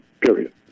Period